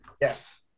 yes